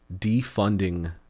defunding